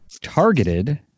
Targeted